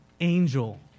angel